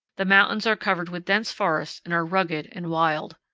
the mountains are covered with dense forests and are rugged and wild.